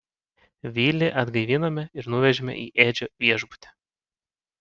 vilį atgaivinome ir nuvežėme į edžio viešbutį